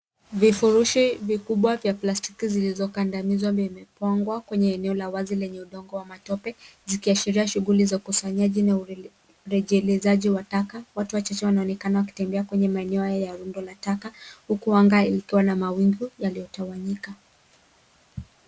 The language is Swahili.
Vifurushi kikubwa cha plastiki zilizokandamizwa mbele vimepangwa kwenye eneo la nyasi lenye udongo wa matope zikiashiria shughuli za ukusanyaji na uelezashaji wa taka. Watu wachache wanaonekana wakitembea kwenye eneo la rundo la taka huku anga ikiwa na mawingu yaliyotawanyika.